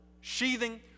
sheathing